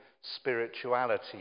spirituality